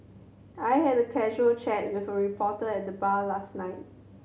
I had a casual chat with a reporter at the bar last night